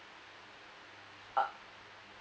uh